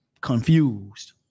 confused